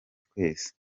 twese